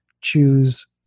choose